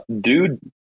Dude